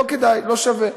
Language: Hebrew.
לא כדאי, לא שווה.